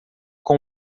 com